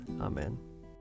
Amen